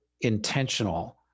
intentional